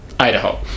Idaho